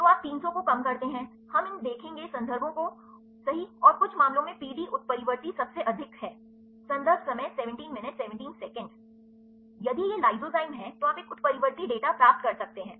तो आप 300 को कम करते हैं हम इन देखेंगे संदर्भों को सही और कुछ मामलों में पीडी उत्परिवर्ती सबसे अधिक है संदर्भ समय 1717 यदि यह लाइसोजाइम है तो आप एक उत्परिवर्ती डेटा प्राप्त कर सकते हैं